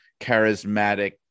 charismatic